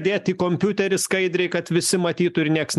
dėti į kompiuterį skaidriai kad visi matytų ir nieks